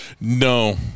No